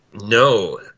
No